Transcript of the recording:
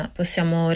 possiamo